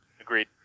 Agreed